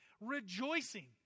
rejoicing